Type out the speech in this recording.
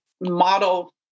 model